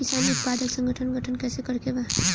किसान उत्पादक संगठन गठन कैसे करके बा?